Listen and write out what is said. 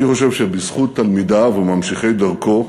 אני חושב שבזכות תלמידיו וממשיכי דרכו